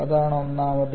അതാണ് ഒന്നാമത്